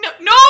No